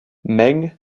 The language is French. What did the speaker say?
meng